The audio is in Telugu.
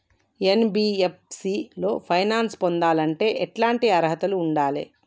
ఎన్.బి.ఎఫ్.సి లో ఫైనాన్స్ పొందాలంటే ఎట్లాంటి అర్హత ఉండాలే?